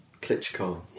Klitschko